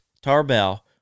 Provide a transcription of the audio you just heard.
Tarbell